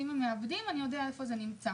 כך שאם הם מאבדים הוא יודע איפה זה נמצא.